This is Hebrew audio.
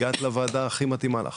הגעת לוועדה הכי מתאימה לך.